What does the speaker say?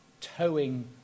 towing